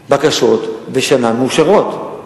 כ-1,000 בקשות בשנה מאושרות.